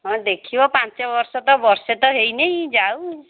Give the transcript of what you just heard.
ହଁ ଦେଖିବ ପାଞ୍ଚ ବର୍ଷ ତ ବର୍ଷେ ତ ହେଇନି ଯାଉ